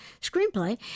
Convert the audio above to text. screenplay